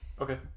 Okay